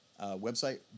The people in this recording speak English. website